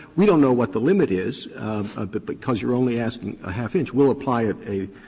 we don't know what the limit is ah but because you're only asking a half inch. we'll apply a a